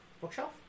Bookshelf